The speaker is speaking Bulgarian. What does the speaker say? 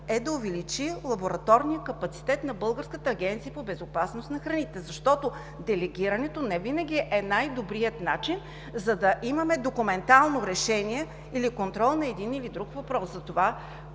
е да увеличи лабораторния капацитет на Българската агенция по безопасност на храните, защото делегирането невинаги е най-добрият начин, за да имаме документално решение или контрол на един или друг въпрос? Затова